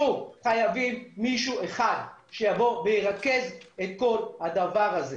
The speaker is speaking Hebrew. שוב, חייבים מישהו אחד שירכז את כל הדבר הזה.